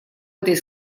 этой